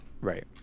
Right